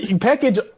package